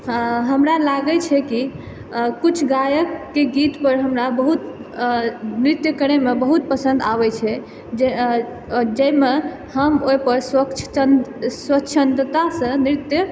हँ हमरा लागै छै कि कुछ गायकके गीत पर हमरा बहुत अऽ नृत्य करैमे बहुत पसन्द आबै छै जे अऽ जाहिमे हम ओहिपर स्वच्छन्द स्वच्छन्दतासँ नृत्य